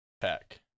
pack